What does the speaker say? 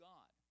God